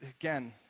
again